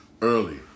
early